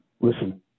listen